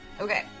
Okay